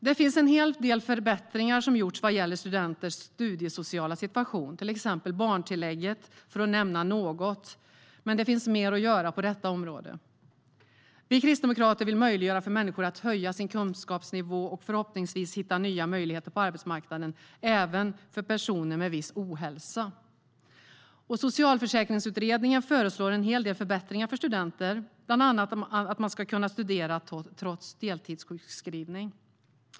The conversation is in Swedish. Det har gjorts en hel del förbättringar vad gäller studenters studiesociala situation. Jag kan till exempel nämna barntillägget. Men det finns mer att göra på detta område. Vi kristdemokrater vill möjliggöra för människor att höja sin kunskapsnivå och förhoppningsvis hitta nya möjligheter på arbetsmarknaden. Det gäller även personer med viss ohälsa. Socialförsäkringsutredningen föreslår en hel del förbättringar för studenter, bland annat att man ska kunna studera trots deltidssjukskrivning.